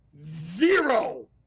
Zero